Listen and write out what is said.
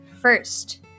First